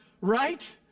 right